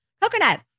Coconut